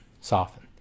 soften